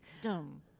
Dumb